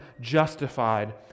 justified